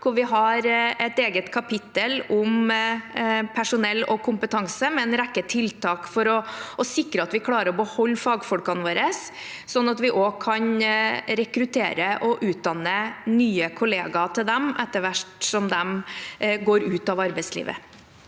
vi har et eget kapittel om personell og kompetanse, med en rekke tiltak for å sikre at vi klarer å beholde fagfolkene våre, sånn at vi også kan rekruttere og utdanne nye kollegaer til dem etter hvert som de går ut av arbeidslivet.